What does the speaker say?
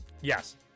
Yes